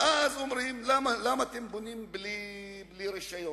ואז אומרים: למה אתם בונים בלי רשיון?